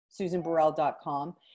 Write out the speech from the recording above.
susanburrell.com